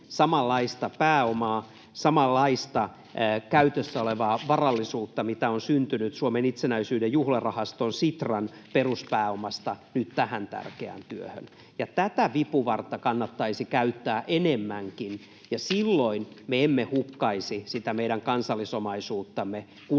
samanlaista pääomaa, samanlaista käytössä olevaa varallisuutta kuin mitä on syntynyt Suomen itsenäisyyden juhlarahaston, Sitran, peruspääomasta nyt tähän tärkeään työhön. Tätä vipuvartta kannattaisi käyttää enemmänkin. Silloin me emme hukkaisi sitä meidän kansallisomaisuuttamme, kun sitä